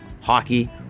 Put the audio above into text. hockey